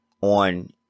on